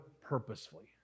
purposefully